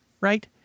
right